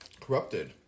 Corrupted